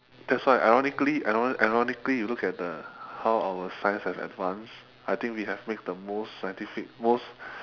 that's why ironically ironically you look at uh how our science have advanced I think we have made the most scientific most